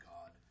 God